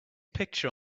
picture